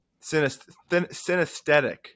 Synesthetic